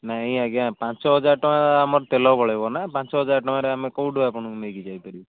ନାହିଁ ଆଜ୍ଞା ପାଞ୍ଚ ହଜାର ଟଙ୍କା ଆମର ତେଲ ପଳାଇବ ନା ପାଞ୍ଚ ହଜାର ଟଙ୍କାରେ ଆମେ କେଉଁଠୁ ଆପଣଙ୍କୁ ନେଇକି ଯାଇପାରିବୁ